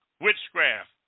Witchcraft